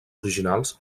originals